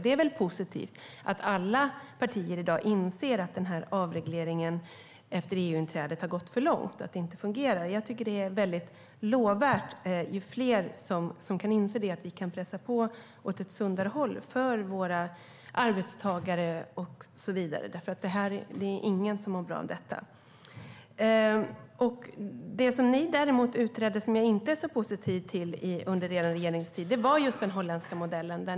Det är väl positivt att alla partier i dag inser att avregleringen efter EU-inträdet har gått för långt och att det inte fungerar. Det är väldigt lovvärt ju fler som inser att vi kan pressa på åt ett sundare håll för våra arbetstagare, och så vidare. Det är ingen som mår bra av detta. Det som ni däremot utredde under er regeringstid som jag inte är så positiv till var den holländska modellen.